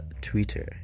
Twitter